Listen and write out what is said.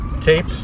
tape